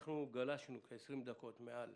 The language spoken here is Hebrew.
גלשנו 20 דקות מעל